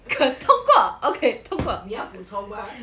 你要普通吗